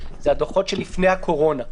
הדוחות מן התקופה שלפני הקורונה.